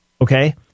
okay